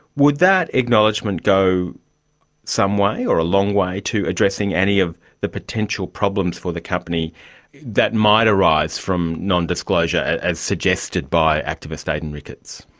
would that acknowledgement go some way or a long way to addressing any of the potential problems for the company that might arise from nondisclosure, as suggested by activist aidan ricketts?